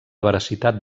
veracitat